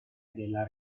della